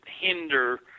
hinder